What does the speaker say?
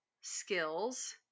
skills